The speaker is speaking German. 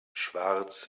schwarz